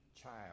child